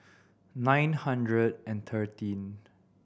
nine hundred and thirteen